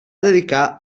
dedicar